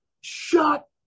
Shut